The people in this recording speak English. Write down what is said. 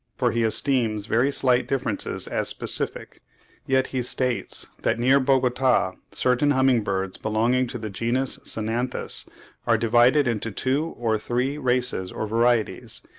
for he esteems very slight differences as specific yet he states that near bogota certain humming-birds belonging to the genus cynanthus are divided into two or three races or varieties,